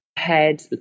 head